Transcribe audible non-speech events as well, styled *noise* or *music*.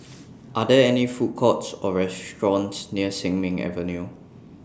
*noise* Are There any Food Courts Or restaurants near Sin Ming Avenue